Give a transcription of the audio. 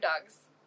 dogs